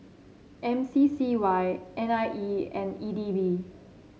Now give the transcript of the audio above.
M C C Y N I E and E D B